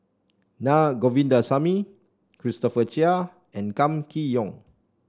Na Govindasamy Christopher Chia and Kam Kee Yong